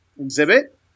exhibit